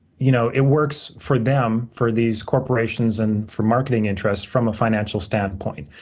you know it works for them, for these corporations and for marketing interests from a financial standpoint.